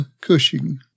Cushing